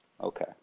okay